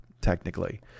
technically